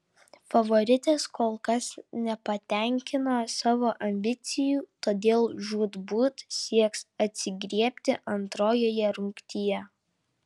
favoritės kol kas nepatenkino savo ambicijų todėl žūtbūt sieks atsigriebti antrojoje rungtyje